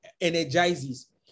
energizes